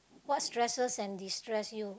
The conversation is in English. what stressed and distressed you